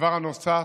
הדבר הנוסף,